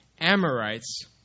Amorites